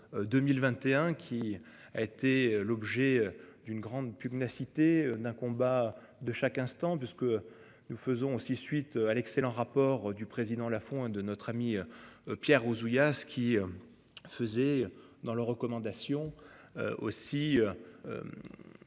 2021 qui a été et l'objet d'une grande pugnace cité d'un combat de chaque instant de ce que nous faisons aussi suite à l'excellent rapport du président là font hein de notre ami. Pierre Ouzoulias ce qu'ils. Faisaient dans leurs recommandations. Aussi.